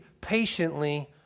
patiently